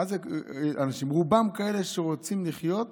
מה זה, רובם כאלה שרוצים לחיות